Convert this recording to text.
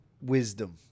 wisdom